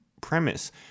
premise